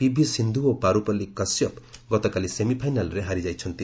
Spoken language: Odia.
ପିଭି ସିନ୍ଧୁ ଓ ପାରୁପଲ୍ଲୀ କଶ୍ୟପ୍ ଗତକାଲି ସେମିଫାଇନାଲ୍ରେ ହାରିଯାଇଛନ୍ତି